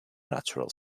natural